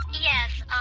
Yes